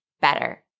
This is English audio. better